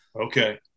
Okay